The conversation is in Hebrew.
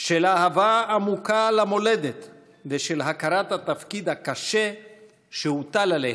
של אהבה עמוקה למולדת ושל הכרת התפקיד הקשה שהוטל עליהם: